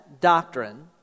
doctrine